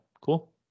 cool